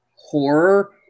horror